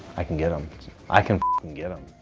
i can get him i can can get him.